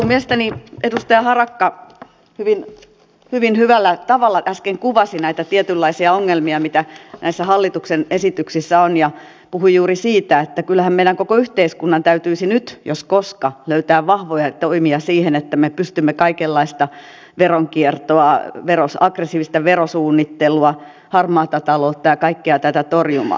mielestäni edustaja harakka hyvin hyvällä tavalla äsken kuvasi näitä tietynlaisia ongelmia mitä näissä hallituksen esityksissä on ja puhui juuri siitä että kyllähän meidän koko yhteiskunnan täytyisi nyt jos koska löytää vahvoja toimia siihen että me pystymme kaikenlaista veronkiertoa aggressiivista verosuunnittelua harmaata taloutta ja kaikkea tätä torjumaan